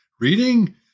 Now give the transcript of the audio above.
reading